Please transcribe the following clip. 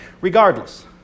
regardless